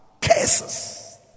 cases